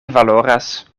valoras